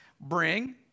Bring